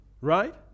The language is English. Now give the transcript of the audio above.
right